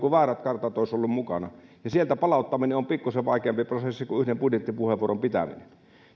kun väärät kartat olisi ollut mukana ja sieltä palauttaminen on pikkusen vaikeampi prosessi kuin yhden budjettipuheenvuoron pitäminen